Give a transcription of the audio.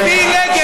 תצביעי נגד,